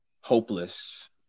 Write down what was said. hopeless